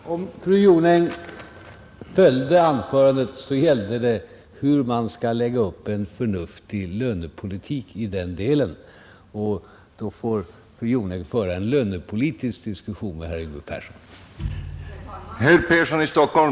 Herr talman! Om fru Jonäng följde anförandet borde hon ha funnit att det gällde hur man skall lägga upp en förnuftig lönepolitik i den delen. Fru Jonäng får således föra en lönepolitisk diskussion med herr Persson i Stockholm.